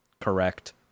correct